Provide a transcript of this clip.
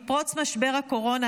עם פרוץ משבר הקורונה,